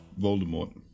voldemort